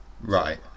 Right